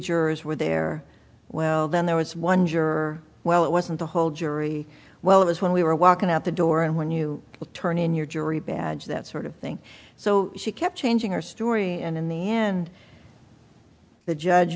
jurors were there well then there was one juror well it wasn't the whole jury well it was when we were walking out the door and when you turn in your jury badge that sort of thing so she kept changing her story and in the end the judge